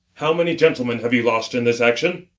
how many gentlemen have you lost in this action?